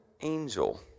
angel